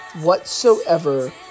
whatsoever